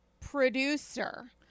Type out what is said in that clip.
producer